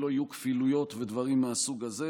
שלא יהיו כפילויות ודברים מהסוג הזה,